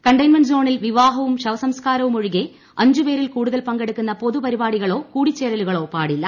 containment സോണിൽ വിവാഹവും ശവസംസ്കാരവും ഒഴികെ അഞ്ചുപേരിൽ കൂടുതൽ പങ്കെടുക്കുന്ന പൊതു പരിപാടികളോ കൂടിച്ചേരലുകളോ പാടില്ല